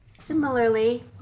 Similarly